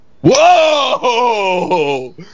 whoa